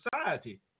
society